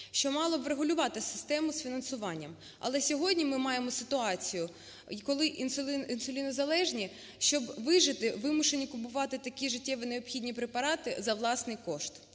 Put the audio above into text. що мало б врегулювати систему з фінансування. Але сьогодні ми маємо ситуацію, коли інсулінозалежні, щоб вижити, вимушені купувати такі життєво необхідні препарати за власний кошт.